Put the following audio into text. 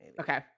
Okay